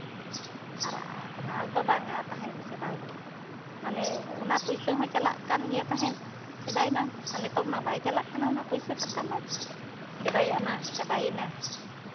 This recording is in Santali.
ᱟᱨ ᱟᱯᱱᱟᱨ ᱫᱚ ᱵᱟᱝᱼᱟ ᱛᱟᱦᱮᱸᱫ ᱥᱮᱫᱟᱭ ᱫᱚ ᱢᱟᱱᱮ ᱚᱱᱟ ᱯᱚᱭᱥᱟ ᱦᱚᱸ ᱪᱟᱞᱟᱜ ᱠᱟᱱᱜᱮ ᱛᱟᱦᱮᱸᱫ ᱦᱟᱱᱮ ᱥᱮᱫᱟᱭ ᱢᱟ ᱱᱤᱛᱚᱜ ᱢᱟ ᱵᱟᱭ ᱪᱟᱞᱟᱜ ᱠᱟᱱᱟ ᱚᱱᱟ ᱯᱚᱭᱥᱟ ᱴᱟᱠᱟ ᱢᱟ ᱥᱮᱫᱟᱭᱟᱜ ᱢᱟ ᱪᱟᱵᱟᱭᱮᱱᱟ